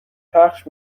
پخش